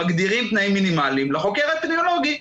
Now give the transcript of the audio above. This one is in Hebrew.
מגדירים תנאים מינימליים אבל לחוקר האפידמיולוגי,